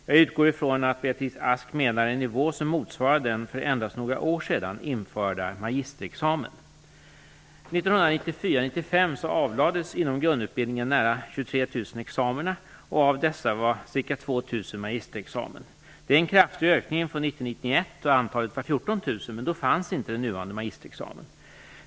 Jag utgår ifrån att Beatrice Ask menar en nivå som motsvarar den för endast några år sedan införda magisterexamen. 2 000 magisterexamen. Detta är en kraftig ökning från 1990/91 då antalet var 14 000, men då fanns inte den nuvarande magisterexamen.